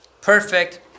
Perfect